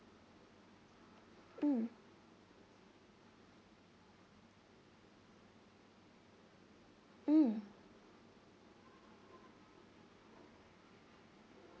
mm mm